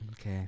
Okay